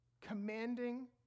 commanding